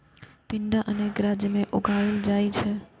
टिंडा अनेक राज्य मे उगाएल जाइ छै